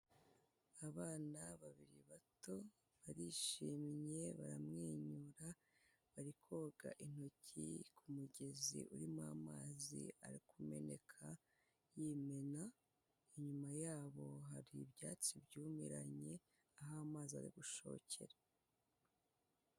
Abana babiri bato barishimye baramwenyura bari koga intoki ku mugezi urimo amazi ari kumeneka yimena inyuma y'abo hari ibyatsi byumiranye aho amazi ari gushokera.